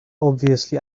obviously